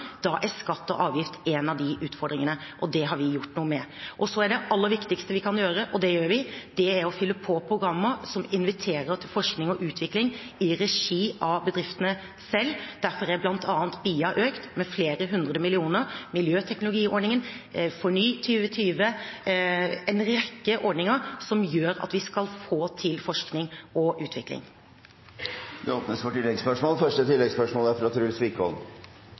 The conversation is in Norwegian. Da er skatt og avgift en av de utfordringene, og det har vi gjort noe med. Det aller viktigste vi kan gjøre – og det gjør vi – er å fylle på programmer som inviterer til forskning og utvikling i regi av bedriftene selv. Derfor er bl.a. BIA økt med flere hundre millioner. Miljøteknologiordningen, FORNY2020 – det er en rekke ordninger som gjør at vi skal få til forskning og utvikling. Det åpnes for oppfølgingsspørsmål – først Truls Wickholm.